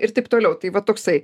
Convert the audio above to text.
ir taip toliau tai va toksai